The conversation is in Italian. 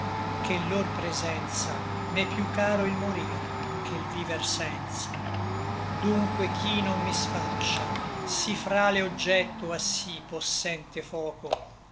ché n lor presenza m'è più caro il morir che l viver senza dunque ch'i non mi sfaccia sí frale obgetto a sí possente foco